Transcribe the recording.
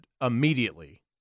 immediately